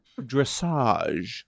dressage